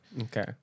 Okay